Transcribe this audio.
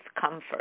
comfort